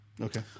Okay